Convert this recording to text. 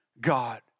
God